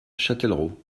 châtellerault